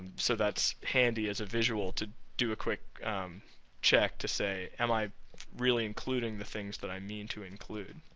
so, that's handy as a visual to do a quick check to say am i really including the things that i need mean to include?